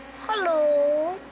Hello